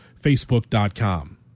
Facebook.com